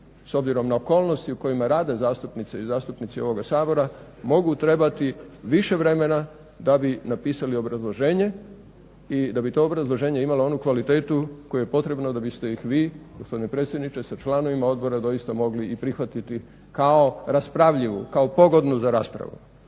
s obzirom na okolnosti u kojima rade zastupnice i zastupnici ovoga Sabora mogu trebati više vremena da bi napisali obrazloženje i da bi to obrazloženje imalo onu kvalitetu koju je potrebno da biste ih vi gospodine predsjedniče sa članovima odbora doista i mogli prihvatiti kao raspravljivu kao pogodnu za raspravu.